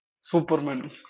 Superman